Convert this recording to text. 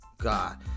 God